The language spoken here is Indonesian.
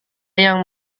yang